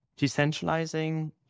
decentralizing